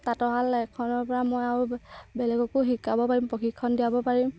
তাঁতৰ শাল এখনৰপৰা মই আৰু বেলেগকো শিকাব পাৰিম প্ৰশিক্ষণ দিয়াব পাৰিম